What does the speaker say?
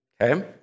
Okay